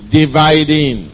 dividing